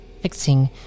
fixing